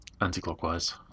anti-clockwise